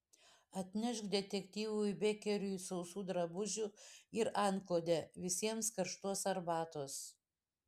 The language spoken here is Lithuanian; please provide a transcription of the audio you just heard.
atnešk detektyvui bekeriui sausų drabužių ir antklodę visiems karštos arbatos